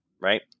right